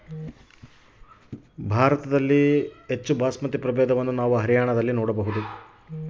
ಭಾರತದಲ್ಲಿ ಯಾವ ಸ್ಥಳದಲ್ಲಿ ನಾವು ಹೆಚ್ಚು ಬಾಸ್ಮತಿ ಪ್ರಭೇದವನ್ನು ನೋಡಬಹುದು?